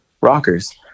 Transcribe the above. rockers